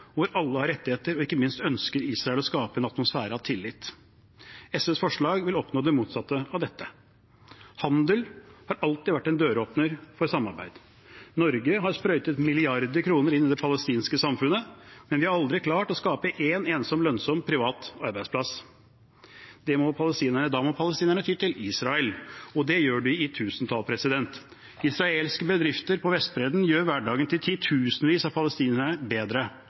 hvor alle har rettigheter. Ikke minst ønsker Israel å skape en atmosfære av tillit. SVs forslag vil oppnå det motsatt av dette. Handel har alltid vært en døråpner for samarbeid. Norge har sprøytet milliarder av kroner inn i det palestinske samfunnet, men vi har aldri klart å skape en eneste lønnsom privat arbeidsplass. Da må palestinerne ty til Israel, og det gjør de i tusentall. Israelske bedrifter på Vestbredden gjør hverdagen til titusenvis av palestinere bedre.